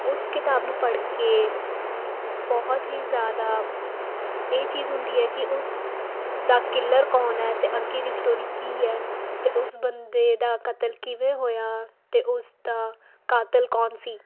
ਉਸ ਕਿਤਾਬ ਨੂੰ ਪੜ੍ਹ ਕੇ ਬਹੁਤ ਹੀ ਜ਼ਿਆਦਾ ਇਹ ਚੀਜ਼ ਹੁੰਦੀ ਹੈ ਕਿ ਉਸ ਦਾ ਕਿੱਲਰ ਕੌਣ ਹੈ ਅਤੇ ਅੱਗੇ ਦੀ ਸਟੋਰੀ ਕੀ ਹੈ ਅਤੇ ਉਸ ਬੰਦੇ ਦਾ ਕਤਲ ਕਿਵੇਂ ਹੋਇਆ ਅਤੇ ਉਸ ਦਾ ਕਾਤਲ ਕੌਣ ਸੀ